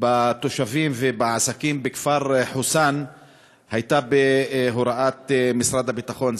בתושבים ובעסקים בכפר חוסאן הייתה בהוראת משרד הביטחון.